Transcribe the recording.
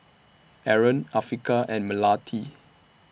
Aaron Afiqah and Melati